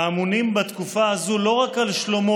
האמונים בתקופה הזאת לא רק על שלומו